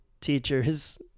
teachers